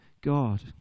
God